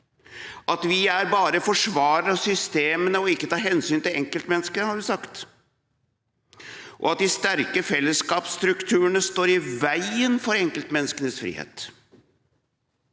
at vi bare er forsvarere av systemene og ikke tar hensyn til enkeltmennesket, har hun sagt, og at de sterke fellesskapsstrukturene står i veien for enkeltmenneskenes frihet.